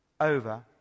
over